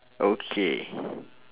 okay